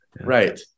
right